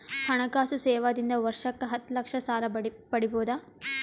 ಹಣಕಾಸು ಸೇವಾ ದಿಂದ ವರ್ಷಕ್ಕ ಹತ್ತ ಲಕ್ಷ ಸಾಲ ಪಡಿಬೋದ?